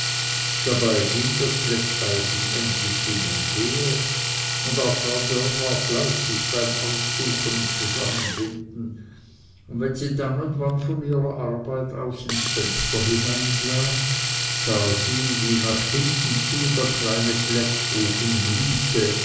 dabei ging das plätteisen emsig hin und her und auch frau dörr war fleißig beim aussuchen und zusammenbinden und wenn sie dann und wann von ihrer arbeit auf und ins fenster hineinsah sah sie wie nach hinten zu der kleine plättofen glühte